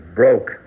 broke